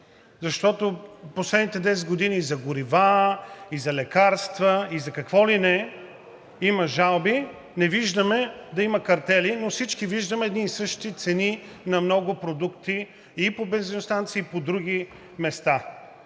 защото в последните 10 години и за горива, и за лекарства, и за какво ли не има жалби и не виждаме да има картели, но всички виждаме едни и същи цени на много продукти и по бензиностанции, и по други места.